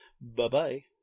Bye-bye